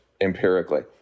empirically